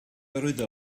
arwyddo